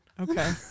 Okay